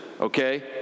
Okay